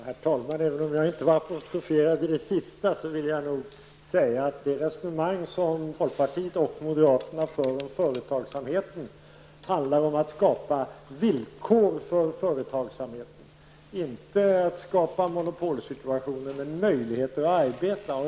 Herr talman! Även om jag inte blev apostroferad när det gäller det sista som civilministern sade, vill jag ändå säga att det resonemang som folkpartiet och moderaterna för om företagsamheten handlar om att skapa villkor för företagsamheten. Det handlar inte om att skapa monopolsituationer utan möjligheter att arbeta.